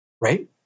right